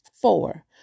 four